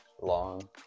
long